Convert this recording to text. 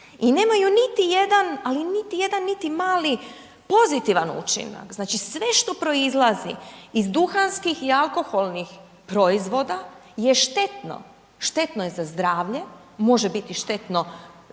i nemaju niti jedan, ali niti jedan, niti mali pozitivan učinak. Znači, sve što proizlazi iz duhanskih i alkoholnih proizvoda je štetno, štetno je za zdravlje, može biti štetno, posredno